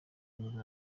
nibwo